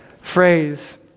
phrase